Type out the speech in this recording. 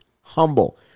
humble